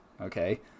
okay